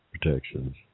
protections